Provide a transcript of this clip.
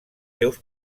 seus